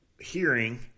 hearing –